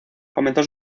comenzó